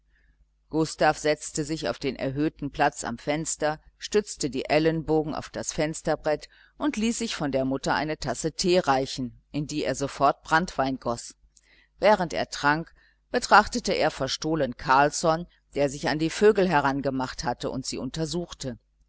gustav setzte sich auf den erhöhten platz am fenster stützte die ellenbogen auf das fensterbrett und ließ sich von der mutter eine tasse tee reichen in die er sofort branntwein goß während er trank betrachtete er verstohlen carlsson der sich an die vögel herangemacht hatte und sie untersuchte